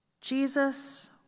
Jesus